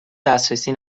دسترسی